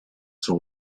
son